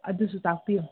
ꯑꯗꯨꯁꯨ ꯇꯥꯛꯄꯤꯌꯣ